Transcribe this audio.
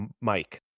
Mike